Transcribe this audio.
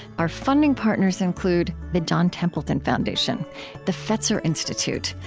our funding partners include the john templeton foundation the fetzer institute,